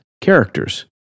characters